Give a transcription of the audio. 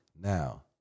Now